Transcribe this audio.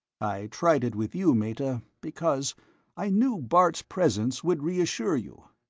i tried it with you, meta, because i knew bart's presence would reassure you.